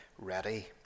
ready